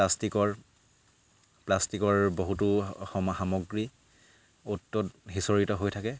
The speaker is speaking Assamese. প্লাষ্টিকৰ প্লাষ্টিকৰ বহুতো সম সামগ্ৰী অ'ত ত'ত সিচঁৰতি হৈ থাকে